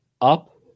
up